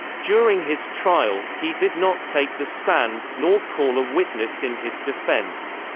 during his trial, he did not take the stand, nor call a witness in his defense.